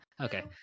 okay